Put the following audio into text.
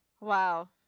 Wow